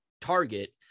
target